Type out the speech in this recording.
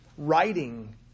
Writing